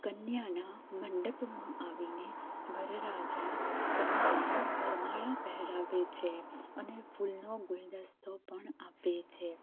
કન્યાના મંડપમાં આવીને વરરાજા કન્યાને વરમાળા પહેરાવે છે અને ફૂલનો ગુલદસ્તો પણ આપે છે